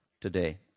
today